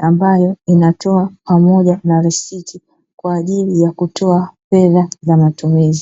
ambayo inatoa pamoja na risiti, na mwingine unatoa fedha za matumizi.